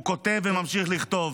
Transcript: הוא כותב וממשיך לכתוב.